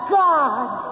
god